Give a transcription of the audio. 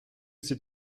c’est